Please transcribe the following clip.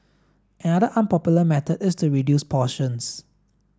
another unpopular method is to reduce portions